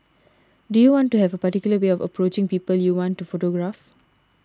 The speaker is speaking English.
do you want to have a particular way of approaching people you want to photograph